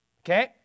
Okay